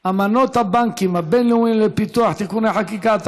אמנות הבנקים הבין-לאומיים לפיתוח (תיקוני חקיקה),